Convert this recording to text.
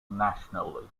nationally